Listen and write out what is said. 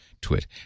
twit